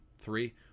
three